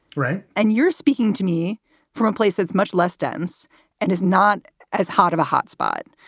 right. and you're speaking to me from a place that's much less dense and is not as hot of a hot spot.